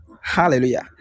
Hallelujah